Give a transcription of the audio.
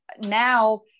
Now